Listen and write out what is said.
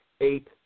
eight